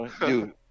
Dude